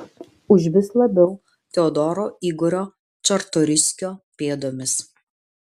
užvis labiau teodoro igorio čartoriskio pėdomis